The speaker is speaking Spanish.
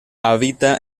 habita